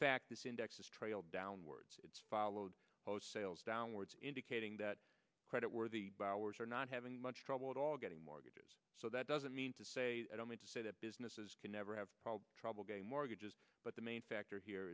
fact this index has trailed downwards followed close sales downwards indicating that credit worthy borrowers are not having much trouble at all getting mortgages so that doesn't mean to say i don't mean to say that businesses can never have trouble getting mortgages but the main factor here